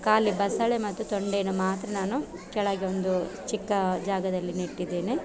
ಖಾಲಿ ಬಸಳೆ ಮತ್ತು ತೊಂಡೆಯನ್ನು ಮಾತ್ರ ನಾನು ಕೆಳಗೆ ಒಂದು ಚಿಕ್ಕ ಜಾಗದಲ್ಲಿ ನೆಟ್ಟಿದ್ದೇನೆ